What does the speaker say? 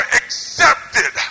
accepted